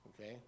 okay